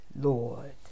Lord